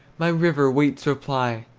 my river waits reply.